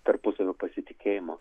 tarpusavio pasitikėjimo